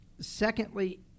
Secondly